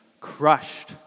crushed